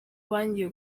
bangiwe